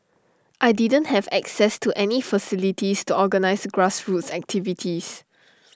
I didn't have access to any facilities to organise grassroots activities